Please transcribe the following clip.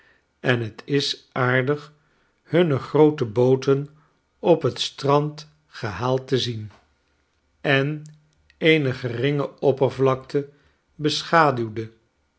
en het is aardig hunne groote booten op het strand gehaald te zien en eene geringe oppervlakte